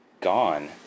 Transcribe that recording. gone